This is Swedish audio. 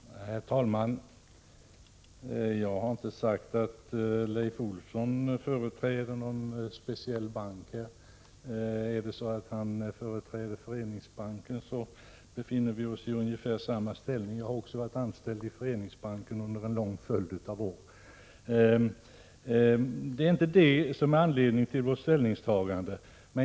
Herr talman! Jag har inte sagt att Leif Olsson företräder någon speciell bank. Om han företräder Föreningsbanken befinner vi oss i ungefär samma ställning. Jag har också varit anställd i den banken under en lång följd av år. Det är inte det som är anledningen till vårt ställningstagande.